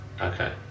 Okay